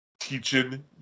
teaching